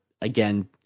again